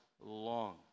long